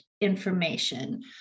information